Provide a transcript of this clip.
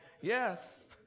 Yes